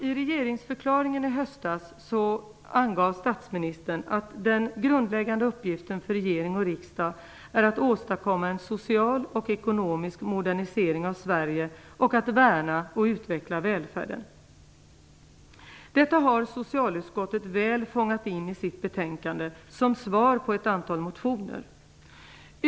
I regeringsförklaringen i höstas angav statsministern att den grundläggande uppgiften för regering och riksdag är att åstadkomma en social och ekonomisk modernisering av Sverige och att värna och utveckla välfärden. Detta har socialutskottet väl fångat in i sitt betänkande som svar på ett antal motioner.